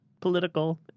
political